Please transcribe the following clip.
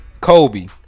Kobe